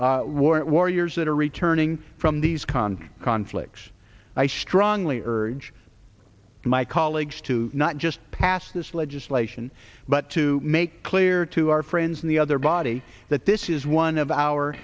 warrant warriors that are returning from these contests conflicts i strongly urge my colleagues to not just pass this legislation but to make clear to our friends in the other body that this is one of our